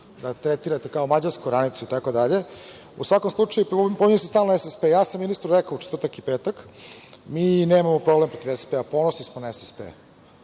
da tretirate, kao mađarsku oranicu, itd.U svakom slučaju, pominje se stalno SSP. Ja sam ministru rekao u četvrtak i petak. Mi nemamo problem protiv SSP, ponosni smo na SSP